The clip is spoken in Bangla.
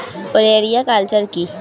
ওলেরিয়া কালচার কি?